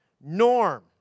norm